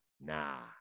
Nah